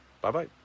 Bye-bye